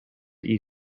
eat